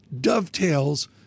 dovetails